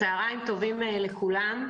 צוהריים טובים לכולם.